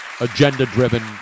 agenda-driven